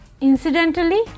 incidentally